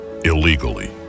illegally